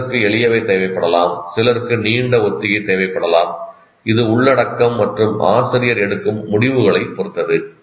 சிலருக்கு எளியவை தேவைப்படலாம் சிலருக்கு நீண்ட ஒத்திகை தேவைப்படலாம் இது உள்ளடக்கம் மற்றும் ஆசிரியர் எடுக்கும் முடிவுகளை பொறுத்தது